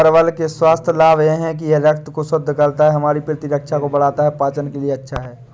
परवल के स्वास्थ्य लाभ यह हैं कि यह रक्त को शुद्ध करता है, हमारी प्रतिरक्षा को बढ़ाता है, पाचन के लिए अच्छा है